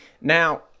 Now